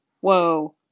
whoa